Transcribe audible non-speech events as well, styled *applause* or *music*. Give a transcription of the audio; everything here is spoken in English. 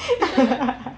*laughs*